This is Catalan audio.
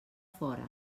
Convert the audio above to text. fora